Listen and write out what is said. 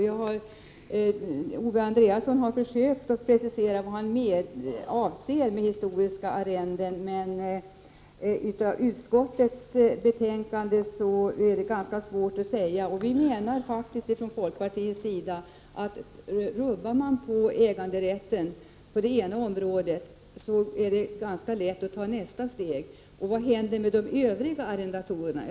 Owe Andréasson har försökt att precisera vad han avser med begreppet historiska arrenden, men det är ganska svårt att utläsa av utskottets betänkande. Vii folkpartiet menar att det är ganska lätt att ta nästa steg om man rubbar på äganderätten på det ena området. Vad händer med de övriga arrendatorerna?